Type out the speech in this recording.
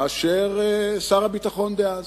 מאשר שר הביטחון דאז.